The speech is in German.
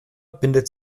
bindet